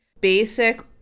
basic